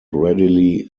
readily